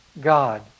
God